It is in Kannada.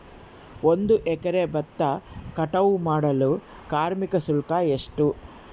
ಒಂದು ಎಕರೆ ಭತ್ತ ಕಟಾವ್ ಮಾಡಲು ಕಾರ್ಮಿಕ ಶುಲ್ಕ ಎಷ್ಟು?